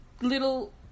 little